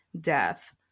death